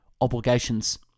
obligations